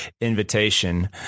invitation